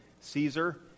Caesar